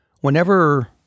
Whenever